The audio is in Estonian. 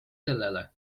sellele